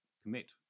commit